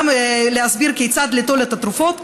גם להסביר כיצד ליטול את התרופות?